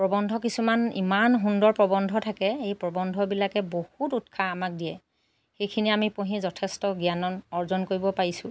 প্ৰৱন্ধ কিছুমান ইমান সুন্দৰ প্ৰৱন্ধ থাকে এই প্ৰৱন্ধবিলাকে বহুত উৎসাহ আমাক দিয়ে সেইখিনি আমি পঢ়ি যথেষ্ট জ্ঞান অৰ্জন কৰিব পাৰিছোঁ